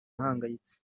ahangayitse